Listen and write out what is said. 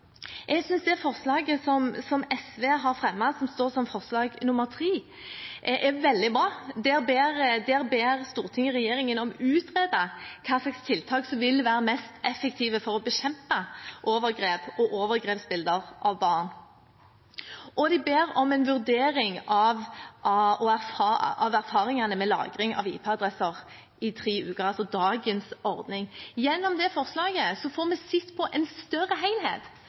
Jeg synes det ene forslaget som SV har fremmet, forslag nr. 3, er veldig bra. Der ber Stortinget regjeringen om å utrede hva slags tiltak som vil være mest effektive for å bekjempe overgrep og overgrepsbilder av barn. Og de ber om en vurdering av erfaringene med lagring av IP-adresser i tre uker, altså dagens ordning. Gjennom det forslaget får vi sett på en større